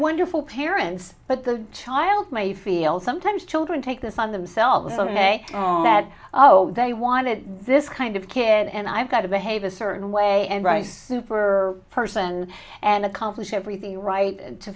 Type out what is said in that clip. wonderful parents but the child may feel sometimes children take this on themselves i'm a dad oh they wanted this kind of kid and i've got to behave a certain way and rice super person and accomplish everything right to